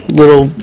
little